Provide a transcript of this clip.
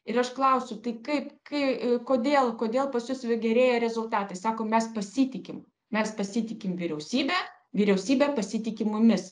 ir aš klausiu tai kaip kai kodėl kodėl pas jus va gerėja rezultatai sako mes pasitikim mes pasitikim vyriausybe vyriausybė pasitiki mumis